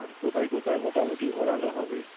আর কোথায় কোথায় মোটামুটি ঘোড়ানো হবে